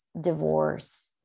divorce